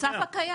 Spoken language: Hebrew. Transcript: זה המצב הקיים.